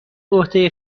عهده